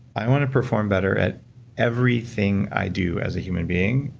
i want to perform better at everything i do as a human being.